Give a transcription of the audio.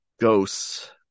ghosts